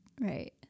right